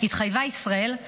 התחייבה ישראל,